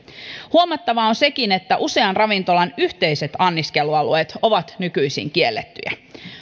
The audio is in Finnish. huomattavaa on sekin että usean ravintolan yhteiset anniskelualueet ovat nykyisin kiellettyjä